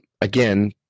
again